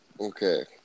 Okay